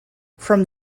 from